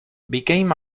became